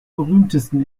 berühmtesten